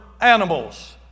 animals